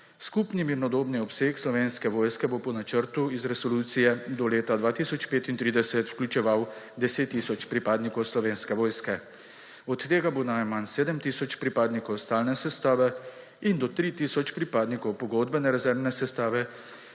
Skupni mirnodobni obseg Slovenske vojske bo po načrtu iz resolucije do leta 2035 vključeval 10 tisoč pripadnikov Slovenske vojske. Od tega bo najmanj 7 tisoč pripadnikov stalne sestave in do 3 tisoč pripadnikov pogodbene rezervne sestave